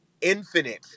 infinite